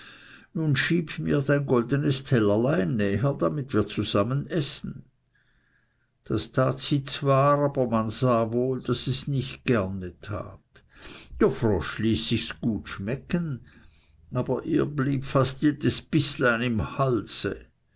nun schieb mir dein goldenes tellerlein näher damit wir zusammen essen das tat sie zwar aber man sah wohl daß sies nicht gerne tat der frosch ließ sichs gut schmecken aber ihr blieb fast jedes bißlein im halse